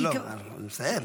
לא, לא, אני מסיים.